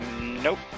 Nope